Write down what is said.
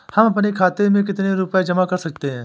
हम अपने खाते में कितनी रूपए जमा कर सकते हैं?